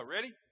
Ready